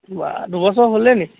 ওৱা দুবছৰ হ'লেইনি